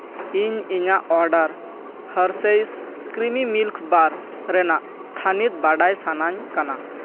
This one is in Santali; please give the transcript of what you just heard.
ᱤᱧ ᱤᱧᱟᱹᱜ order Hershey's creamy milk bar ᱨᱮᱱᱟᱜ ᱛᱷᱟᱱᱤᱛ ᱵᱟᱰᱟᱭ ᱥᱟᱱᱟᱧ ᱠᱟᱱᱟ